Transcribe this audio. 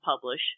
publish